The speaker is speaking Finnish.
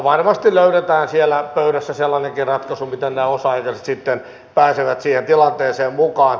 varmasti löydetään siellä pöydässä sellainenkin ratkaisu miten nämä osa aikaiset sitten pääsevät siihen tilanteeseen mukaan